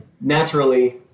naturally